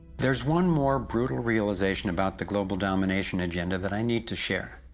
there's one more brutal realization about the global domination agenda that i need to share.